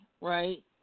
right